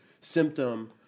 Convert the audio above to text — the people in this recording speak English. symptom